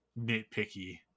nitpicky